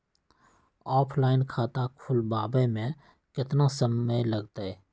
Offline खाता खुलबाबे में केतना समय लगतई?